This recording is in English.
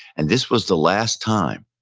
and this was the last time,